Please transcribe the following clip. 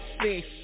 Fish